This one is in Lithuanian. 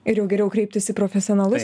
ir jau geriau kreiptis į profesionalus